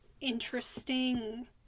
interesting